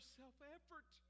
self-effort